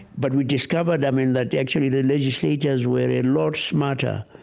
but we discovered, i mean, that actually the legislators were a lot smarter.